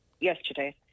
yesterday